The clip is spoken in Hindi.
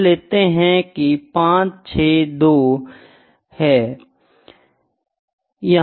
मान लेते है ये 5 6 2 है